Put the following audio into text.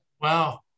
Wow